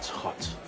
hot.